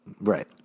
Right